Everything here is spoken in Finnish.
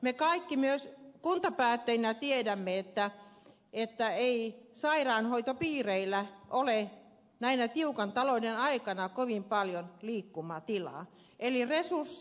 me kaikki myös kuntapäättäjinä tiedämme että ei sairaanhoitopiireillä ole näinä tiukan talouden aikoina kovin paljon liikkumatilaa eli resursseja kysyn